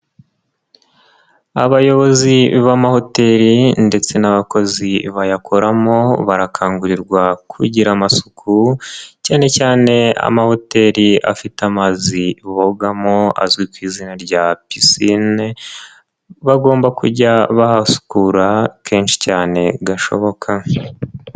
Abayobozi b'amahoteli ndetse n'abakozi bayakoramo barakangurirwa kugira amasuku, cyane cyane amahoteli afite amazi bogamo azwi ku izina rya pisine, bagomba kujya bahasukura kenshi cyane gashoboka.